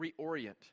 reorient